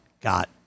got